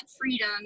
freedom